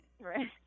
Right